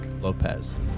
Lopez